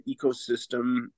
ecosystem